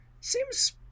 Seems